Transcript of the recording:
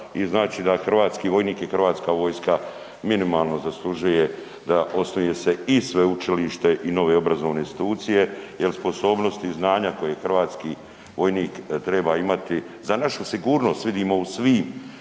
i znači da hrvatski vojnik i HV minimalno zaslužuje da osnuje se i sveučilište i nove obrazovne institucije jel sposobnost i znanja koje hrvatski vojnik treba imati za našu sigurnost. Vidimo u svim